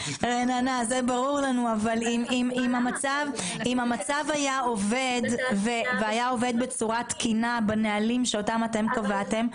אבל אם המצב היה עובד בצורה תקינה בנהלים שאתם קבעתם,